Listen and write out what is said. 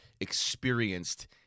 experienced